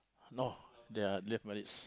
no they are just married